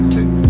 Six